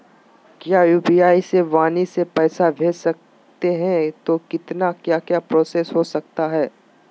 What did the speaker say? क्या यू.पी.आई से वाणी से पैसा भेज सकते हैं तो कितना क्या क्या प्रोसेस हो सकता है?